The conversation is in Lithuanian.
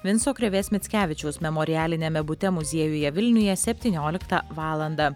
vinco krėvės mickevičiaus memorialiniame bute muziejuje vilniuje septynioliktą valandą